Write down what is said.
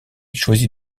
choisit